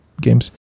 games